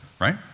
right